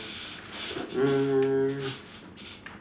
um